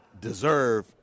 deserve